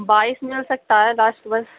بائیس مل سکتا ہے لاسٹ بس